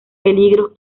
peligros